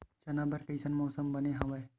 चना बर कइसन मौसम बने हवय?